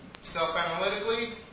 Self-analytically